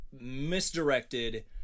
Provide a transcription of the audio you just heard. misdirected